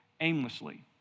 aimlessly